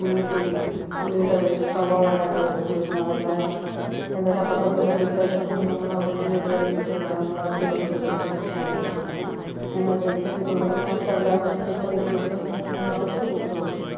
ഉള്ളിത്തൊലി ഉള്ളീടെ വേസ്റ്റ് സാവോളേടെയൊക്കെ വേസ്റ്റ് വരുന്നത് അതെല്ലാം കൂടെ എന്തായാലും അപുറത്തൊക്കെ എന്തേലും വിശേഷം ഉണ്ടെങ്കിൽ നമ്മളാ ഉള്ളിത്തൊലിയൊക്കെ വെച്ചിരിക്കാൻ പറയും നമ്മളതൊക്കെ എടുത്തോണ്ട് വന്ന് ചെടിക്കൊക്കെ ഇട്ട് കൊടുക്കും നമ്മൾ ഞാനത് ചെടിക്കൊക്കെ ഇട്ട് കൊടുക്കുമ്പം ഈ കടലാസ് ചെടിക്കൊക്കെ ഇട്ട് കൊടുക്കാങ്കിൽ നല്ല നിറച്ച് പൂക്കൾ വരുന്നുണ്ട്